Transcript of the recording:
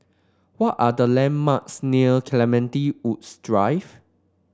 what are the landmarks near Clementi Woods Drive